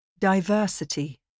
Diversity